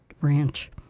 ranch